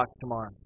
tomorrow